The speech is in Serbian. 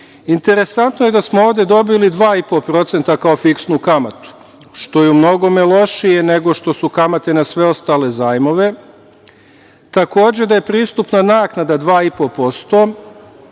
interesantno je da smo ovde dobili 2,5% kao fiksnu kamatu, što je umnogome lošije nego što su kamate na sve ostale zajmove, da je pristupna naknada 2,5%,